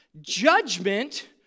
Judgment